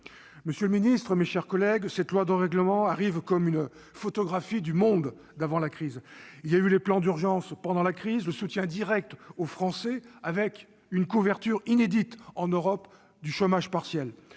Monsieur le ministre, mes chers collègues, cette loi de règlement arrive comme une photographie du monde d'avant la crise. Il y a eu les plans d'urgence pendant la crise, le soutien direct aux Français avec une couverture, inédite en Europe, du chômage partiel,